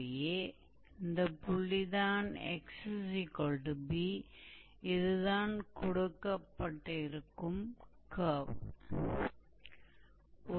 तो यह लंबाई और इस आर्क की लंबाई को इंटीग्रल के द्वारा दिया जा सकता है हम भी लिख सकते हैं